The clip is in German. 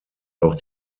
auch